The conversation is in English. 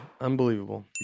unbelievable